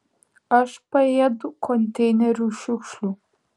aš paėdu konteinerių šiukšlių